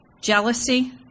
jealousy